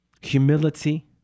humility